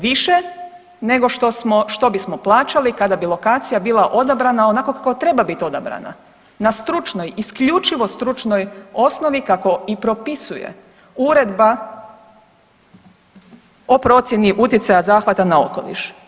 Više nego što smo bismo plaćali kada bi lokacija bila odabrana onako kako treba biti odabrana, na stručnoj, isključivo stručnoj osnovi kako i propisuje uredba o procjeni utjecaja zahvata na okoliš.